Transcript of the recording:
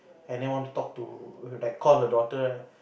and then want to talk to like call the daughter right